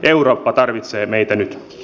eurooppa tarvitsee meitä nyt